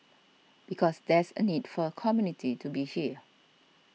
because there's a need for a community to be here